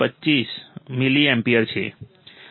25 milliampere છે